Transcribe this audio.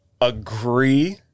agree